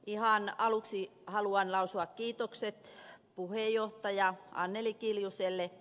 ihan aluksi haluan lausua kiitokset puheenjohtaja anneli kiljuselle